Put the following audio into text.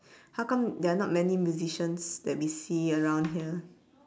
how come there are not many musicians that we see around here